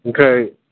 Okay